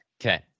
Okay